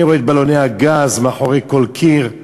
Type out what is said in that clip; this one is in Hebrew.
אני רואה את בלוני הגז מאחורי כל קיר.